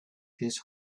his